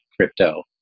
crypto